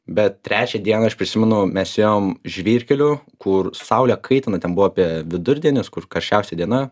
bet trečią dieną aš prisimenu mes ėjom žvyrkeliu kur saulė kaitino ten buvo apie vidurdienis kur karščiausia diena